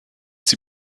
sie